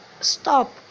stop